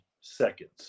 seconds